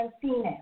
female